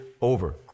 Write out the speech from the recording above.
over